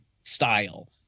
style